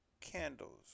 candles